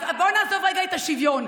אז בואי נעזוב רגע את השוויון.